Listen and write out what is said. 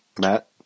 Matt